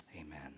Amen